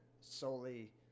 solely